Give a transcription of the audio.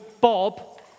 Bob